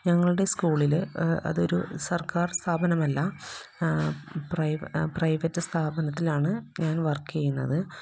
ഞങ്ങളുടെ സ്കൂളിൽ അതൊരു സര്ക്കാര് സ്ഥാപനമല്ല പ്രൈ പ്രൈവറ്റ് സ്ഥാപനത്തിലാണ് ഞാന് വര്ക്ക് ചെയ്യുന്നത്